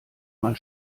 mal